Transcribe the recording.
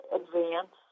advance